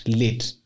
late